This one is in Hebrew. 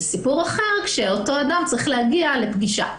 זה סיפור אחר כשאותו אדם צריך להגיע לפגישה.